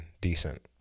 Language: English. decent